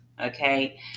Okay